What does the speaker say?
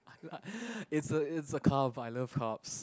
it's a it's a carb I love carbs